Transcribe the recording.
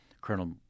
Colonel